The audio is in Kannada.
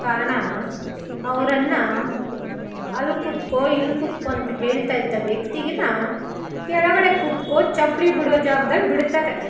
ಕಾರಣ ಅವರನ್ನ ಅಲ್ಲಿ ಕೂತ್ಕೊ ಇಲ್ಲಿ ಕೂತ್ಕೊ ಅಂತ ಹೇಳ್ತಾಯಿದ್ದ ವ್ಯಕ್ತಿಗೆ ಕೆಳಗಡೆ ಕೂತ್ಕೊ ಚಪ್ಪಲಿ ಬಿಡೋ ಜಾಗ್ದಲ್ಲಿ ಬಿಡ್ತಾರೆ